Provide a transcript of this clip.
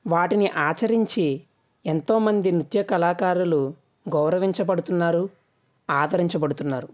వాటిని ఆచరించి ఎంతోమంది నృత్య కళాకారులు గౌరవించబడుతున్నారు ఆదరించబడుతున్నారు